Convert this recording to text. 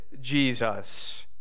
Jesus